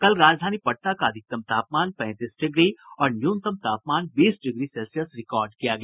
कल राजधानी पटना का अधिकतम तापमान पैंतीस डिग्री और न्यूनतम तापमान बीस डिग्री सेल्सियस रिकॉर्ड किया गया